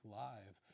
live